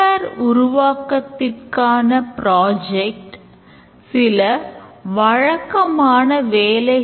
Include மற்றும் extend அரிதாக 2 நிலை ஆழத்திற்கு nested செய்யப்பட வேண்டும்